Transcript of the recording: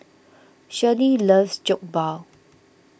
Shirlie loves Jokbal